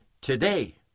today